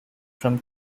from